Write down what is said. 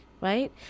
Right